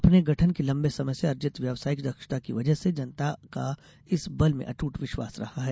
अपने गठन के लम्बे समय से अर्जित व्यावसायिक दक्षता की वजह से जनता का इस बल में अटूट विश्वास रहा है